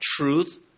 truth